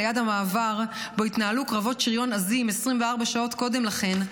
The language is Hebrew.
ליד המעבר שבו התנהלו קרבות שריון עזים 24 שעות קודם לכן,